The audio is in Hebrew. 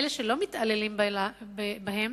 בעלי-החיים שלא מתעללים בהם